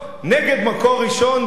פסק נגד "מקור ראשון",